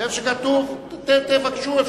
ובמקום שכתוב, תבקשו.